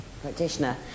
practitioner